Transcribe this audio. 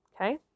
Okay